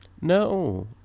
no